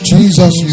Jesus